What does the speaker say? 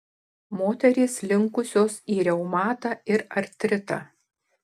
moterys linkusios į reumatą ir artritą